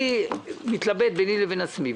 אני מתלבט ביני לבין עצמי.